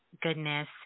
goodness